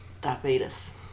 Diabetes